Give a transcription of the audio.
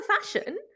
fashion